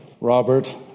Robert